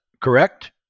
correct